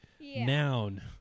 Noun